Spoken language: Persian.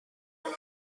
گوگل